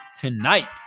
tonight